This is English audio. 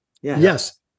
Yes